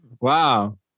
Wow